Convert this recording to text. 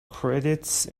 credits